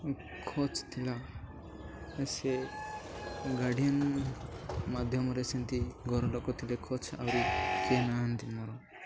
ଖଚ୍ ଥିଲା ସେ ଗାର୍ଡିଆନ୍ ମାଧ୍ୟମରେ ସେମିତି ଘର ଲୋକ ଥିଲେ ଖଚ୍ ଆହୁରି କିଏ ନାହାନ୍ତି ମୋର